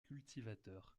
cultivateur